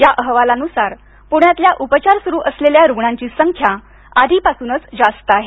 या अहवालानुसार पुण्याल्या उपचार सुरू असलेल्या रुग्णांची संख्या आधीपासूनच जास्त आहे